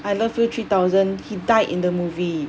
I love you three thousand he died in the movie